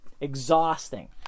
exhausting